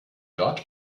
dort